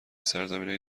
سرزمینای